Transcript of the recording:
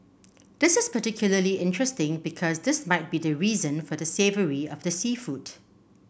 this is particularly interesting because this might be the reason for the savoury of the seafood